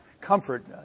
comfort